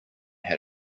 had